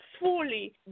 fully